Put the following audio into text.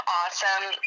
awesome